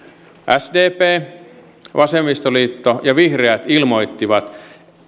sdp vasemmistoliitto ja vihreät ilmoittivat